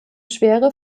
schwere